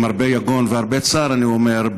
עם הרבה יגון והרבה צער אני אומר,